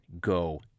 Go